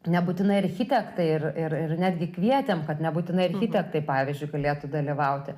nebūtinai architektai ir ir ir netgi kvietėme kad nebūtinai architektai pavyzdžiui galėtų dalyvauti